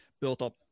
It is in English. built-up